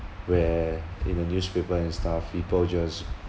where in the newspaper and stuff people just